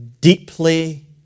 Deeply